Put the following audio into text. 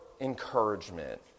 encouragement